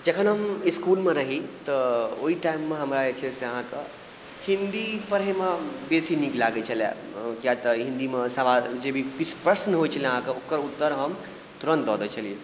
जखन हम इसकुलमे रही तऽ ओहि टाइममे हमरा जे छै से अहाँकऽ हिन्दी पढ़ैमे बेसी नीक लागैत छलए किया तऽ हिंदी मऽ सवाल जे भी किछु प्रश्न होयत छलै अहाँकऽ ओकर उत्तर हम तुरंत दऽ दै छलियै